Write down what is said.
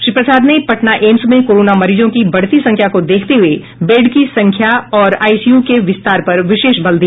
श्री प्रसाद ने पटना एम्स में कोरोना मरीजों की बढ़ती संख्या को देखते हुये बेड की संख्या और आईसीयू के विस्तार पर विशेष बल दिया